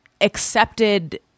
accepted